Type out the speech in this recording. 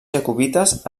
jacobites